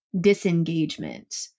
disengagement